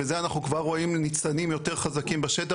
וזה אנחנו כבר רואים ניצנים יותר חזקים בשטח,